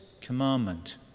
commandment